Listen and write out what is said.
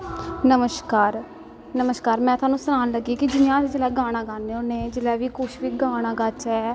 नमश्कार में थोआनू सनाना लगी कि जियां अस जिसलै गाना गाने होने जिसलै कुश बी गाना गाचै